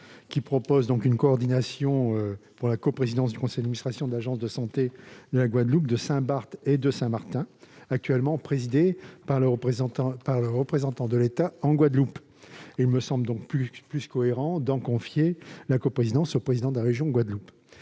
de proposer une coordination pour la coprésidence du conseil administration de l'agence de santé de Guadeloupe, Saint-Barthélemy et Saint-Martin. Celle-ci est actuellement présidée par le représentant de l'État en Guadeloupe ; il me semble donc plus cohérent d'en confier la coprésidence au président de la région Guadeloupe.